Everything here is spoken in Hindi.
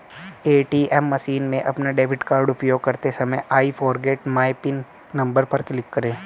ए.टी.एम मशीन में अपना डेबिट कार्ड उपयोग करते समय I forget my PIN number पर क्लिक करें